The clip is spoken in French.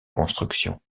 construction